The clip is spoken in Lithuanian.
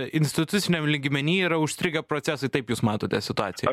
instituciniam lygmeny yra užstrigę procesai taip jūs matote situaciją